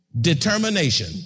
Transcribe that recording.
determination